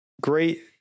Great